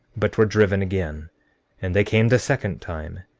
but were driven again and they came the second time,